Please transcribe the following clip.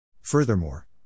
Furthermore